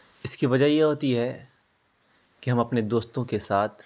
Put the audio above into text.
اس کی وجہ یہ ہوتی ہے کہ ہم اپنے دوستوں کے ساتھ